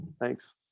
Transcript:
Thanks